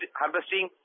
harvesting